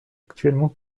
actuellement